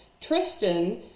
Tristan